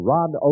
Rod